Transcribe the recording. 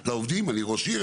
אני ראש עיר,